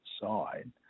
side